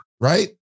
Right